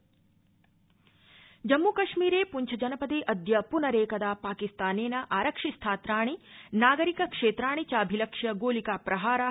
जम्मू कश्मीरम् जम्मूकश्मीरे पूंछजनपदे अद्य पुरनेकदा पाकिस्तानेन आरक्षिस्थात्राणि नागरिकक्षेत्राणि चाभिलक्ष्य गोलिकाप्रहारा प्रारब्धा